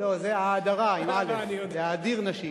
לא, זה "האדרה", עם אל"ף, להאדיר נשים.